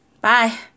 Bye